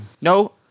No